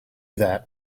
that